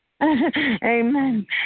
Amen